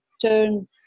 turn